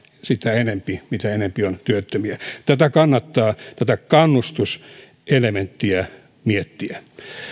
sitä enempi mitä enempi on työttömiä tätä kannustuselementtiä kannattaa miettiä